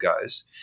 guys